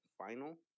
Final